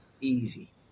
Easy